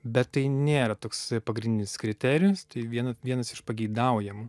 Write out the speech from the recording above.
bet tai nėra toks pagrinis kriterijus tai viena vienas iš pageidaujamų